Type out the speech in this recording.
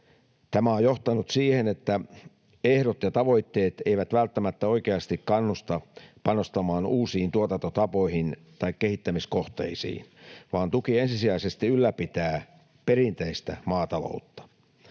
Tämä on johtanut siihen, että ehdot ja tavoitteet eivät välttämättä oikeasti kannusta panostamaan uusiin tuotantotapoihin tai kehittämiskohteisiin, vaan tuki ensisijaisesti ylläpitää perinteistä maataloutta.